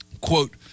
Quote